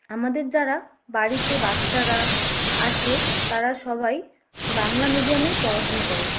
আমাদের যারা বাড়িতে বাচ্চারা আছে তারা সবাই বাংলা মিডিয়ামেই পড়াশুনো করে